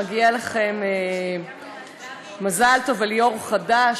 מגיע לכם מזל טוב על יו"ר חדש.